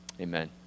Amen